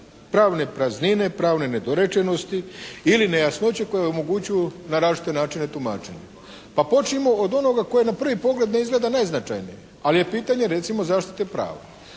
pravne praznine, pravne nedorečenosti ili nejasnoće koje omogućuju na različite načine tumačenje. Pa počnimo od onoga tko na prvi pogled ne izgleda najznačajnije, ali je pitanje recimo zaštite prava